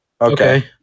Okay